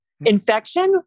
Infection